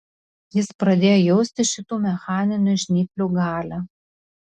jis pradėjo jausti šitų mechaninių žnyplių galią